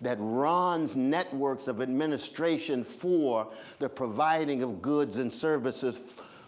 that runs networks of administration for the providing of goods and services